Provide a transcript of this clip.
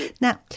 Now